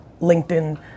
LinkedIn